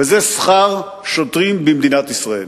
וזה שכר שוטרים במדינת ישראל.